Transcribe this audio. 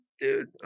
dude